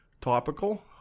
topical